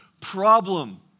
problem